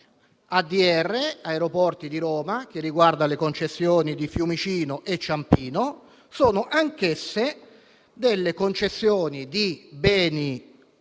ADR, Aeroporti di Roma, che riguarda le concessioni di Fiumicino e Ciampino, che sono anch'esse delle concessioni di beni pubblici